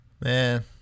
Man